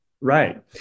Right